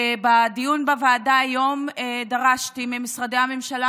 בדיון בוועדה היום דרשתי ממשרדי הממשלה,